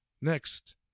Next